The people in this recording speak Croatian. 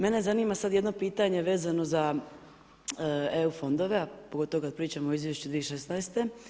Mene zanima sad jedno pitanje vezano za EU fondove, a pogotovo kad pričamo o izvješću 2016.